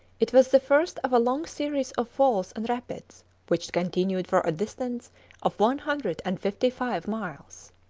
it was the first of a long series of falls and rapids which continued for a distance of one hundred and fifty-five miles.